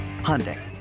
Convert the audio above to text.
Hyundai